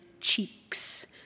cheeks